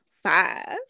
Five